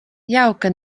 jauka